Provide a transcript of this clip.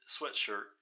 sweatshirt